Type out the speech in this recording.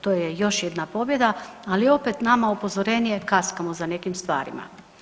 To je još jedna pobjeda, ali opet nama upozorenje kaskamo za nekim stvarima.